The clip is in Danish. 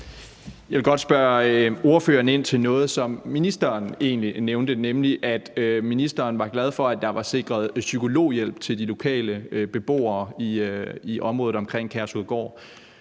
Jeg vil godt spørge ordføreren ind til noget, som ministeren egentlig nævnte, nemlig det med, at ministeren var glad for, at der var sikret psykologhjælp til de lokale beboere i området omkring Kærshovedgård.